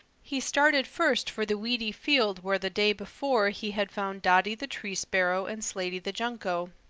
he started first for the weedy field where the day before he had found dotty the tree sparrow and slaty the junco.